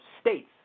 states